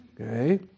okay